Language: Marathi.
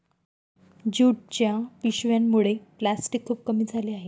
ज्यूटच्या पिशव्यांमुळे प्लॅस्टिक खूप कमी झाले आहे